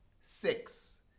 Six